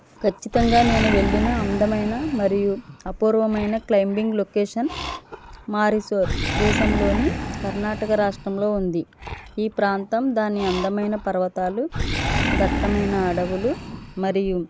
ఖచ్చితంగా నేను వెళ్ళిన అందమైన మరియు అపూర్వమైన క్లైంబింగ్ లొకేషన్ మైసూర్ దేశంలోని కర్ణాటక రాష్ట్రంలో ఉంది ఈ ప్రాంతం దాని అందమైన పర్వతాలు దట్టమైన అడవులు మరియు